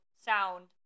sound